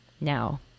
now